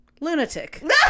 Lunatic